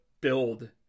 build